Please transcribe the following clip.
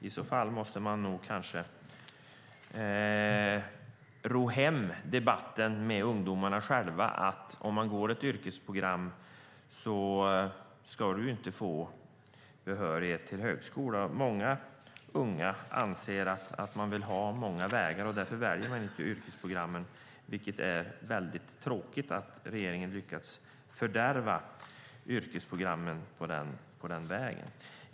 I så fall måste man nog ro hem debatten med ungdomarna själva. Om de går ett yrkesprogram får de inte behörighet till högskolan. Många unga vill ha flera olika möjligheter, och därför väljer de inte yrkesprogrammen. Det är tråkigt att regeringen genom att gå den vägen fördärvat dessa program.